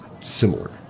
similar